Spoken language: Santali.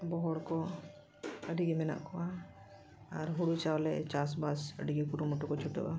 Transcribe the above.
ᱵᱚᱦᱚᱲ ᱠᱚ ᱟᱹᱰᱤ ᱜᱮ ᱢᱮᱱᱟᱜ ᱠᱚᱣᱟ ᱟᱨ ᱦᱳᱲᱳ ᱪᱟᱣᱞᱮ ᱪᱟᱥ ᱵᱟᱥ ᱟᱹᱰᱤ ᱜᱮ ᱠᱩᱨᱩᱢᱩᱴᱩ ᱠᱚ ᱪᱷᱩᱴᱟᱹᱜᱼᱟ